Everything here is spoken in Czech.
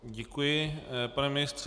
Děkuji, pane ministře.